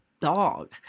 dog